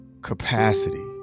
capacity